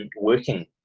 working